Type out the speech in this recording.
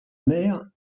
mère